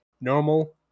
normal